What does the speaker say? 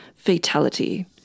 Fatality